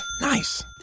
Nice